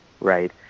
right